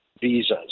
visas